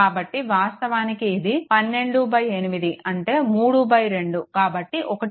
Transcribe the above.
కాబట్టి వాస్తవానికి ఇది 12 8 అంటే 3 2 కాబట్టి 1